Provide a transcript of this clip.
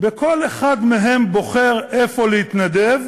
וכל אחד מהם בוחר איפה להתנדב,